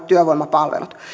työvoimapalvelut